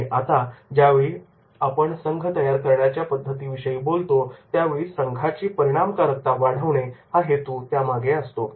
आणि आपण ज्यावेळी आता संघ तयार करण्याच्या पद्धती विषयी बोलतो त्यावेळी संघाची परिणामकारकता वाढवणे हा हेतू त्यामागे असतो